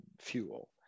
fuel